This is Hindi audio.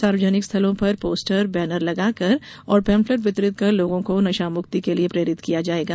सार्वजनिक स्थलों पर पोस्टर बैनर लगाकर और पैम्फलेट वितरित कर लोगों को नशामुक्ति के लिये प्रेरित किया जायेगा